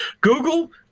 google